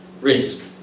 risk